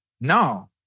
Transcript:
No